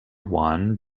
one